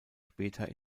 später